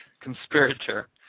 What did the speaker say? conspirator